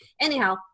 Anyhow